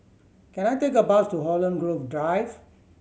can I take a bus to Holland Grove Drive